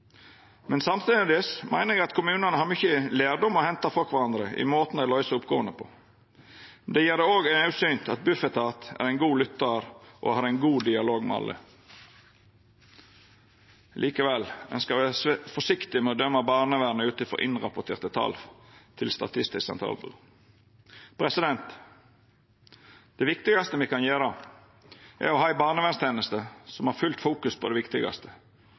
Men samstundes meiner eg at kommunane har mykje lærdom å henta frå kvarandre i måten dei løyser oppgåvene på. Det gjer det òg naudsynt at Bufetat er ein god lyttar og har ein god dialog med alle. Likevel, ein skal vera forsiktig med å døma barnevernet ut frå innrapporterte tal til Statistisk sentralbyrå. Det viktigaste me kan gjera, er å ha ei barnevernsteneste som fokuserer fullt ut på det viktigaste: